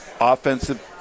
offensive